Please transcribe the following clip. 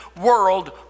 world